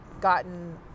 gotten